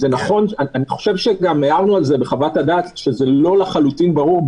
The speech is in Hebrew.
אני חושב שגם הערנו בחוות הדעת שלא לחלוטין ברור,